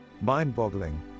Mind-boggling